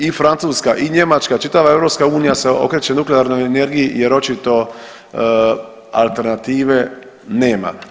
I Francuska i Njemačka, čitava EU se okreće nuklearnoj energiji jer očito alternative nema.